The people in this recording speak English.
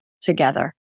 together